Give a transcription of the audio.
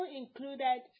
included